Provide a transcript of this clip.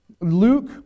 Luke